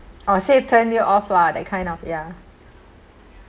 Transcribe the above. I'll say turn you off lah that kind of ya